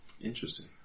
Interesting